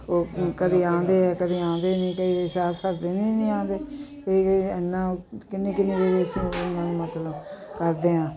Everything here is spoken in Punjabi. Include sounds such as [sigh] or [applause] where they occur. ਉਹ ਕਦੇ ਆਉਂਦੇ ਆ ਕਦੇ ਆਉਂਦੇ ਨਹੀਂ ਕਈ ਕਈ ਵਾਰ ਸਾਰਾ ਸਾਰਾ ਦਿਨ ਹੀ ਨਹੀਂ ਆਉਂਦੇ ਫਿਰ ਇਹ ਇੰਨਾ ਕਿੰਨੇ ਕਿੰਨੇ [unintelligible] ਮਤਲਬ ਕਰਦੇ ਹਾਂ